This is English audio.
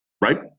Right